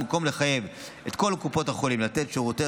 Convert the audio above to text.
במקום לחייב את כל קופות החולים לתת שירותי